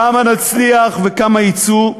כמה נצליח וכמה יצאו?